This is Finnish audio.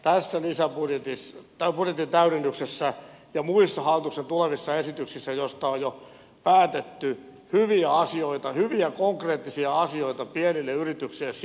tässä budjetin täydennyksessä ja muissa hallituksen tulevissa esityksissä joista on jo päätetty on nyt jo sisällä hyviä asioita hyviä konkreettisia asioita pienille yrityksille